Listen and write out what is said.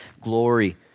glory